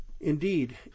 indeed